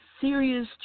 serious